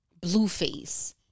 Blueface